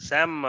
Sam